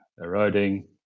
eroding